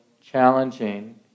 challenging